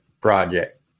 project